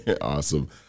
Awesome